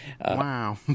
Wow